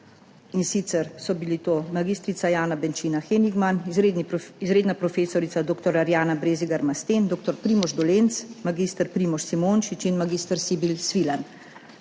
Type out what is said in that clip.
in sicer so bili to mag. Jana Benčina Henigman, izr. prof. dr. Arjana Brezigar Masten, dr. Primož Dolenc, mag. Primož Simončič in mag. Sibil Svilan.